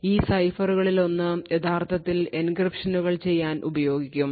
ഈ സൈഫറുകളിലൊന്ന് യഥാർത്ഥത്തിൽ എൻക്രിപ്ഷനുകൾ ചെയ്യാൻ ഉപയോഗിക്കും